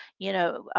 you know,